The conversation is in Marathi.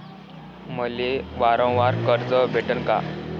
मले वावरावर कर्ज भेटन का?